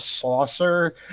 saucer